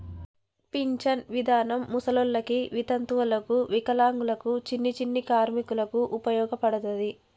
pension విధానం ముసలోళ్ళకి వితంతువులకు వికలాంగులకు చిన్ని చిన్ని కార్మికులకు ఉపయోగపడతది